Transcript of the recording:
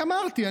רק אמרתי,